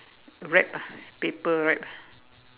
wrap ah paper wrap